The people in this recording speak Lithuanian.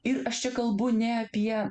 ir aš čia kalbu ne apie